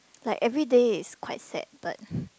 like everyday is quite sad but